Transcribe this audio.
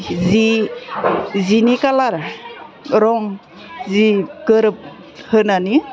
जि जिनि कालार रं जि गोरोबहोनानै